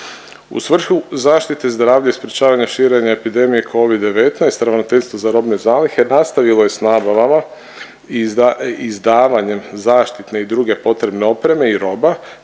U svrhu zaštite zdravlja i sprečavanja širenja epidemije covid-19 Ravnateljstvo za robne zalihe nastavilo je s nabavama izdavanjem zaštitne i druge potrebne opreme i roba